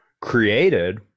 created